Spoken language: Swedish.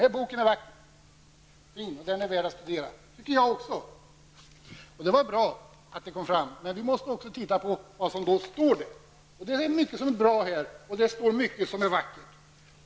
Ja, den är vacker och fin, och den är värd att studera. Det tycker jag också. Det var bra att det kom fram. Men vi måste också titta på vad som står där. Det är mycket som är bra, och där står mycket som är vackert.